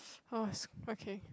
oh okay